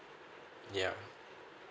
yeah